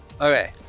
Okay